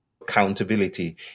accountability